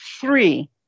three